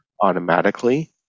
automatically